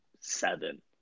seven